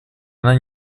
она